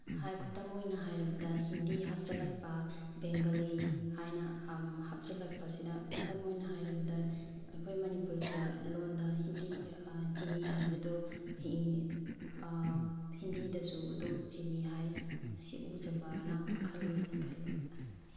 ꯈꯨꯗꯝ ꯑꯣꯏꯅ ꯍꯥꯏꯔꯕꯗ ꯍꯤꯟꯗꯤ ꯍꯥꯞꯆꯤꯜꯂꯛꯄ ꯕꯦꯡꯒꯂꯤ ꯍꯥꯏꯅ ꯍꯥꯞꯆꯤꯜꯂꯛꯄꯁꯤꯗ ꯈꯨꯗꯝ ꯑꯣꯏꯅ ꯍꯥꯏꯔꯕꯗ ꯑꯩꯈꯣꯏ ꯃꯅꯤꯄꯨꯔꯗ ꯂꯣꯟꯗ ꯍꯤꯟꯗꯤ ꯆꯤꯅꯤ ꯍꯥꯏꯕꯗꯨ ꯍꯤꯟꯗꯤꯗꯁꯨ ꯑꯗꯨꯝ ꯆꯤꯅꯤ ꯍꯥꯏ ꯑꯁꯤ ꯎꯖꯕꯔ ꯈꯜꯂꯦꯅ ꯈꯜꯂꯦ